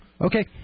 Okay